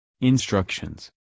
Instructions